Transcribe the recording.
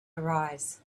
arise